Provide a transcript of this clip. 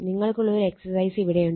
നിങ്ങൾക്കുള്ള ഒരു എക്സർസൈസ് ഇവിടെയുണ്ട്